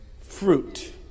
fruit